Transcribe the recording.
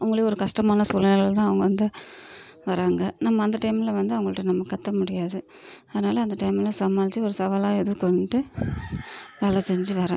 அவங்களே ஒரு கஷ்டமான சூழ்நிலைல தான் அவங்க வந்து வராங்க நம்ம அந்த டைமில் வந்து அவங்கள்ட்ட நம்ம கத்தமுடியாது அதனால் அந்த டைமில் சமாளித்து ஒரு சவாலாக எதிர்கொண்டு வேலை செஞ்சு வரேன்